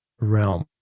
realm